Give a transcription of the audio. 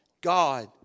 God